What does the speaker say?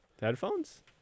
Headphones